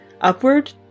upward